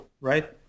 right